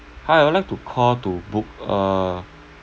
hi I would like to call to book a